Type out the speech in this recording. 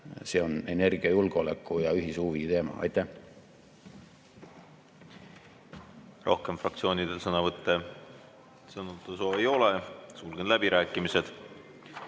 See on energiajulgeoleku ja ühishuvi teema. Aitäh!